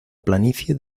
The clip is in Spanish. planicie